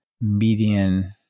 median